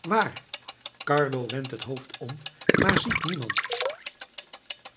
waar carlo wendt het hoofd om maar ziet niemand